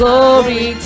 Glory